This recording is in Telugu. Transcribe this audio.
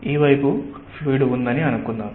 ఈ వైపు ఫ్లూయిడ్ ఉందని అనుకుందాం